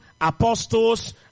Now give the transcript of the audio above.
apostles